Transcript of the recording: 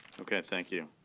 ok. thank you.